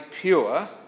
pure